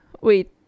Wait